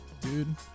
dude